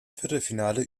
viertelfinale